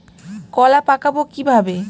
কলা পাকাবো কিভাবে?